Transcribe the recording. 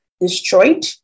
destroyed